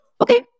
Okay